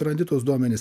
randi tuos duomenis